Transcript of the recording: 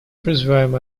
призываем